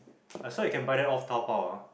I swear you can buy that off Taobao